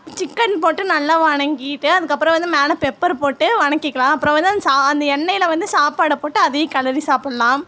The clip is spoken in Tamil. சிக்கன் போட்டு நல்லா வதங்கிட்டு அதுக்கப்புறம் வந்து மேலே பெப்பர் போட்டு வதக்கிக்கலாம் அப்புறம் வந்து அந்த சா அந்த எண்ணெயில் வந்து சாப்பாடை போட்டு அதையும் கிளரி சாப்பிட்லாம்